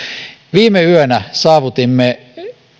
viime yönä saavutimme